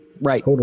right